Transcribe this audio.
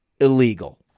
illegal